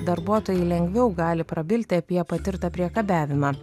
darbuotojai lengviau gali prabilti apie patirtą priekabiavimą